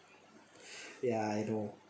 ya I know